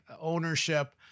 ownership